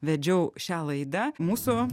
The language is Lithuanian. vedžiau šią laidą mūsų